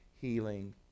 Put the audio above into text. healing